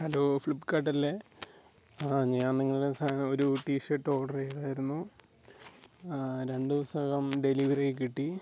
hello Flipkart അല്ലേ ആ ഞാൻ നിങ്ങളെ ഒരു ടീഷർട്ട് ഓർഡെർ ചെയ്തിരുന്നു രണ്ട് ദിവസത്തിന് അകം ഡെലിവെറി കിട്ടി